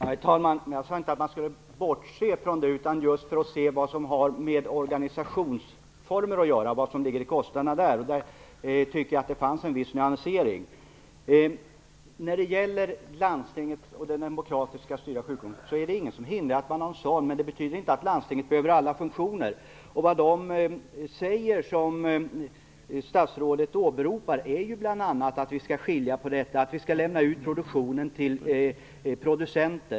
Herr talman! Jag sade inte att man skulle bortse från det, utan att man skulle se vilka kostnader som ligger i organisationsformerna. Jag tycker att det fanns en viss nyansering där. När det gäller landstinget och den demokratiskt styrda sjukvården vill jag säga att det inte finns något som hindrar att man har en sådan. Men det betyder inte att landstinget behöver ha alla funktioner. De personer som statsrådet åberopar säger ju bl.a. annat att vi skall skilja på detta och lämna ut produktionen till producenter.